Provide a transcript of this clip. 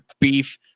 beef